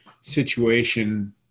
situation